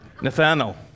Nathaniel